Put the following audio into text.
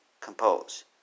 Compose